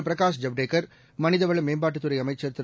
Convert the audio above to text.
பிரகாஷ் ஐவ்டேகர் மனிதவள மேம்பாட்டுத்துறை அமைச்சர் திரு